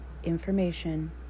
information